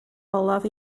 olaf